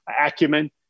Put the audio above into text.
acumen